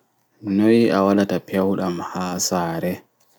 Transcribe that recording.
Noi a waɗata pewɗam haa saare